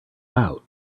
out